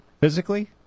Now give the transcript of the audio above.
physically